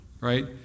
right